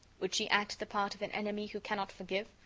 would she act the part of an enemy who cannot forgive,